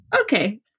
okay